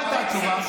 מה הייתה התשובה?